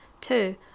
Two